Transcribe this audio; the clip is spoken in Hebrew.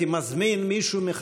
תודה, תודה שאתה קיים.